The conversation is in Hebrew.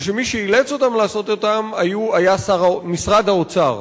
ושמי שאילץ אותם לעשות אותם היה משרד האוצר.